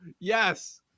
yes